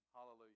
Hallelujah